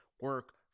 Work